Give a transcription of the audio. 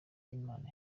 imana